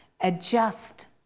adjust